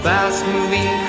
Fast-moving